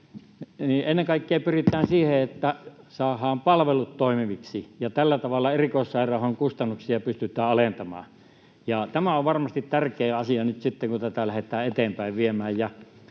...ennen kaikkea pyritään siihen, että saadaan palvelut toimiviksi, ja tällä tavalla erikoissairaanhoidon kustannuksia pystytään alentamaan. Tämä on varmasti tärkeä asia nyt sitten, kun tätä lähdetään eteenpäin viemään.